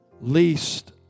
least